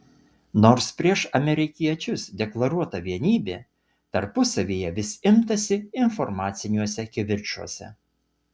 nors prieš amerikiečius deklaruota vienybė tarpusavyje vis imtasi informaciniuose kivirčuose